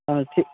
हाँ ठीक